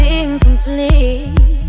incomplete